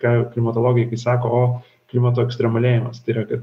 ką klimatologai kai sako o klimato ekstremalėjimas tai yra kad